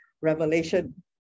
revelation